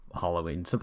Halloween